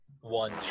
one